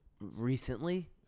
recently